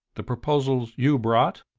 the proposals you brought?